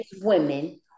women